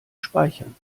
speichern